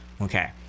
Okay